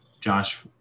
Josh